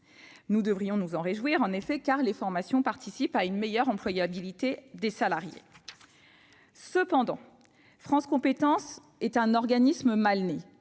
Nous devons nous en féliciter, car ces formations participent à une meilleure employabilité des salariés. Cependant, France compétences est un organisme mal né.